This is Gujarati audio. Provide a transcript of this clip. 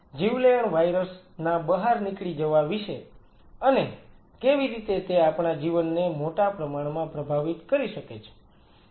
જીવલેણ વાયરસ ના બહાર નીકળી જવા વિશે અને કેવી રીતે તે આપણા જીવનને મોટા પ્રમાણમાં પ્રભાવિત કરી શકે છે